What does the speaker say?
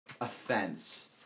Offense